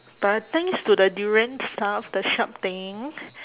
but thanks to the durian stuff the sharp thing